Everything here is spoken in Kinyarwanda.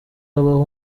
habaho